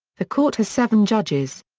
the court has seven judges.